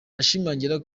ashimangira